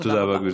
תודה רבה.